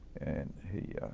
and he